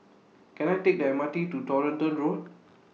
Can I Take The M R T to Toronto Road